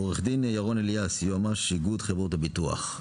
עורך דין ירון אליאס יועמ"ש ארגון חברות הביטוח.